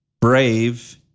brave